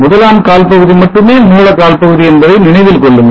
முதலாம் கால் பகுதி மட்டுமே மூல கால்பகுதி என்பதை நினைவில் கொள்ளுங்கள்